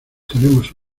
tenemos